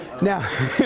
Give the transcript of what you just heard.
Now